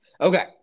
okay